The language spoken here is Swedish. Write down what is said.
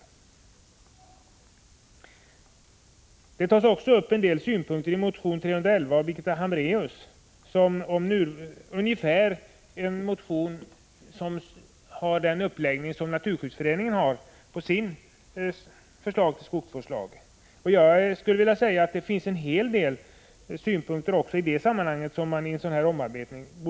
Också i motion 311 av Birgitta Hambraeus lämnas synpunkter på detta. Motionens förslag om ändrad skogsvårdslag har ungefär samma uppläggning som Naturskyddsföreningen har i sitt förslag till skogsvårdslag. Också i det här sammanhanget finns det en hel del synpunkter som man borde kunna ta hänsyn till i samband med en omarbetning.